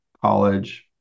college